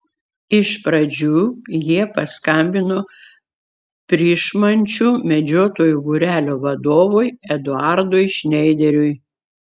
iš pradžių jie paskambino pryšmančių medžiotojų būrelio vadovui eduardui šneideriui